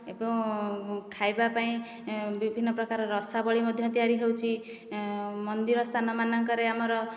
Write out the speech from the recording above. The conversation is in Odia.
ଏବଂ ଖାଇବା ପାଇଁ ବିଭିନ୍ନ ପ୍ରକାର ରସାବଳୀ ମଧ୍ୟ ତିଆରି ହେଉଛି ମନ୍ଦିର ସ୍ଥାନ ମାନଙ୍କରେ ଆମର